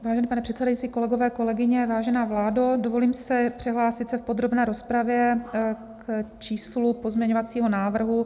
Vážený pane předsedající, kolegové, kolegyně, vážená vládo, dovolím si přihlásit se v podrobné rozpravě k číslu pozměňovacího návrhu 7429.